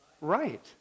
right